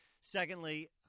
Secondly